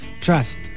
Trust